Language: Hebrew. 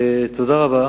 תודה רבה.